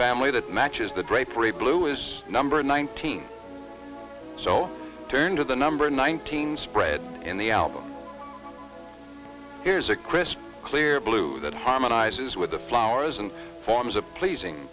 family that matches the drapery blue is number nineteen so turn to the number nineteen spread in the album here's a crisp clear blue that harmonizes with the flowers and forms a pleasing